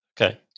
Okay